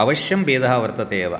अवश्यं भेदः वर्तते एव